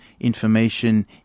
information